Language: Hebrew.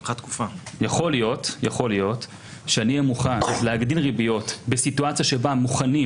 יכול להיות שאני אהיה מוכן להגדיל ריביות בסיטואציה שבה מוכנים